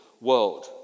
world